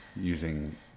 Using